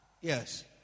Yes